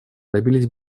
добились